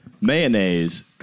Mayonnaise